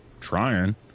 trying